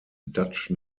dutch